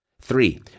three